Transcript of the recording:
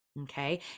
Okay